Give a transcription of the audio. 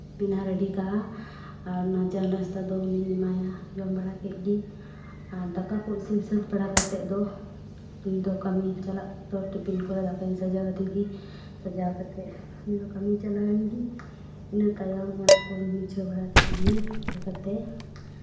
ᱵᱮᱱᱟᱣ ᱨᱮᱰᱤ ᱠᱟᱜᱼᱟ ᱟᱨ ᱚᱱᱟ ᱪᱟ ᱱᱟᱥᱛᱟ ᱫᱚ ᱩᱱᱤᱧ ᱮᱢᱟᱭᱟ ᱡᱚᱢ ᱵᱟᱲᱟ ᱠᱮᱜ ᱜᱮ ᱟᱨ ᱫᱟᱠᱟ ᱠᱚ ᱤᱥᱤᱱ ᱥᱟᱹᱛ ᱵᱟᱲᱟ ᱠᱟᱛᱮᱜ ᱫᱚ ᱩᱱᱤ ᱫᱚ ᱠᱟᱹᱢᱤᱭ ᱪᱟᱞᱟᱜ ᱫᱚ ᱴᱤᱯᱤᱱ ᱠᱚᱨᱮᱜ ᱫᱟᱠᱟᱧ ᱥᱟᱡᱟᱣ ᱟᱫᱮᱜᱮ ᱥᱟᱡᱟᱣ ᱠᱟᱛᱮ ᱩᱱᱤ ᱫᱚ ᱠᱟᱹᱢᱤᱭ ᱪᱟᱞᱟᱣ ᱮᱱᱜᱮ ᱤᱱᱟᱹ ᱛᱟᱭᱚᱢ ᱚᱲᱟᱜ ᱠᱚᱧ ᱢᱩᱪᱷᱟᱹᱣ ᱵᱟᱲᱟ ᱠᱮᱜ ᱜᱮ ᱢᱩᱪᱷᱟᱹᱣ ᱠᱟᱛᱮ